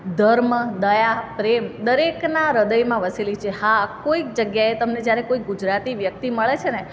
ધર્મ દયા પ્રેમ દરેકના હૃદયમાં વસેલી છે હા કોઈક જગ્યાએ તમને જ્યારે કોઈક ગુજરાતી વ્યક્તિ મળે છેને